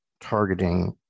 targeting